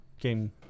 game